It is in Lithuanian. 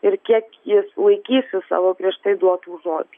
ir kiek jis laikysis savo prieš tai duotų žodžių